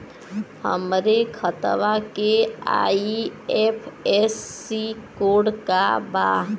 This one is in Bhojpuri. हमरे खतवा के आई.एफ.एस.सी कोड का बा?